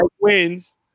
wins